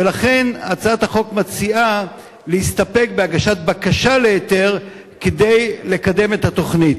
ולכן הצעת החוק מציעה להסתפק בהגשת בקשה להיתר כדי לקדם את התוכנית.